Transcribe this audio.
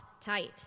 tight